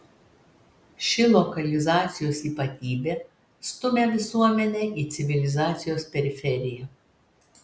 ši lokalizacijos ypatybė stumia visuomenę į civilizacijos periferiją